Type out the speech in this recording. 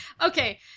okay